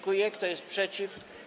Kto jest przeciw?